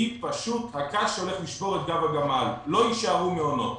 היא פשוט הקש שהולך לשבור את גב הגמל לא יישארו מעונות.